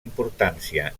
importància